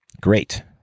Great